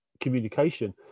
communication